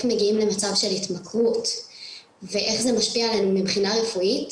מגיעים למצב של התמכרות ואיך זה משפיע עלינו מבחינה רפואית,